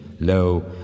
Lo